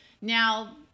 Now